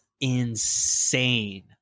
insane